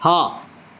હા